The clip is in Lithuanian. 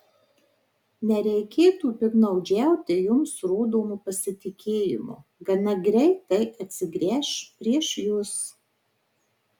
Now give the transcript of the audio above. nereikėtų piktnaudžiauti jums rodomu pasitikėjimu gana greit tai atsigręš prieš jus